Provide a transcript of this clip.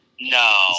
No